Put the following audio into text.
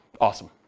Awesome